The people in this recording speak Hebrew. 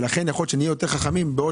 לכן יכול להיות שנהיה יותר חכמים בעוד